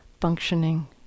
functioning